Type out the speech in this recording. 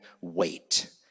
wait